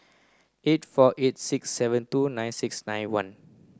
eight four eight six seven two nine six nine one